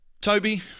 Toby